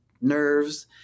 nerves